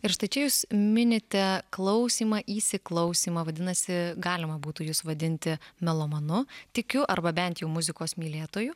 ir štai čia jūs minite klausymą įsiklausymą vadinasi galima būtų jus vadinti melomanu tikiu arba bent jau muzikos mylėtoju